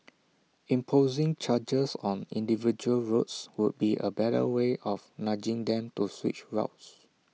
imposing charges on individual roads would be A better way of nudging them to switch routes